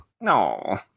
No